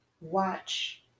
watch